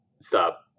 Stop